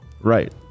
Right